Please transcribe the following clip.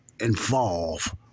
involve